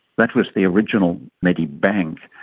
that was the original medibank.